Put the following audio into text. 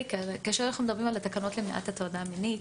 כאשר אנחנו מדברים על התקנות למניעת הטרדה מינית,